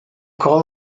call